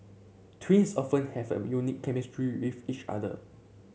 twins often have a unique chemistry with each other